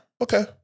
Okay